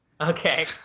Okay